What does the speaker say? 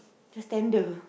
just tender